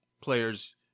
players